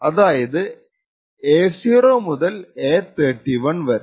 അതായതു Ao മുതൽ A31 വരെ